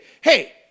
Hey